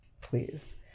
please